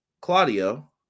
Claudio